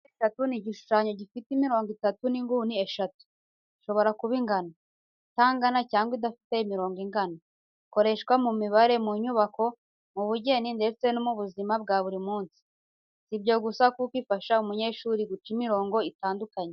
Mpandeshatu ni igishushanyo gifite imirongo itatu n’inguni eshatu. Ishobora kuba ingana, itangana cyangwa idafite imirongo ingana. Ikoreshwa mu mibare, mu nyubako, mu bugeni ndetse no mu buzima bwa buri munsi. Si ibyo gusa kuko ifasha umunyeshuri guca imirongo itandukanye.